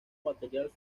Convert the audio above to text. material